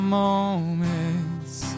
moments